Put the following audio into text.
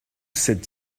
cette